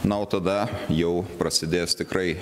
na o tada jau prasidės tikrai